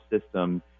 system